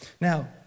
Now